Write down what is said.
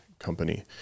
company